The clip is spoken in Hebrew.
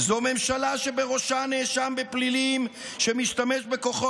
"זו ממשלה שבראשה נאשם בפלילים שמשתמש בכוחו